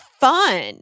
fun